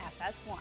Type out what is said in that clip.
FS1